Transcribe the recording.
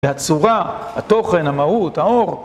והצורה, התוכן, המהות, האור